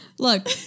Look